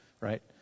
right